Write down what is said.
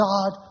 God